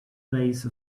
base